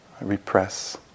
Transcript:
repress